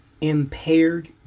Impaired